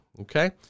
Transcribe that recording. Okay